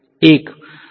વિદ્યાર્થી 1